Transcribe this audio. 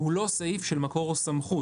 הוא לא סעיף של מקור או סמכות.